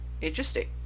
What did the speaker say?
Interesting